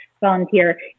volunteer